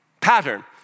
pattern